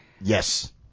Yes